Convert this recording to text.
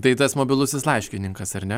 tai tas mobilusis laiškininkas ar ne